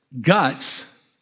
guts